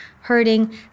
hurting